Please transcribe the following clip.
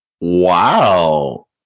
Wow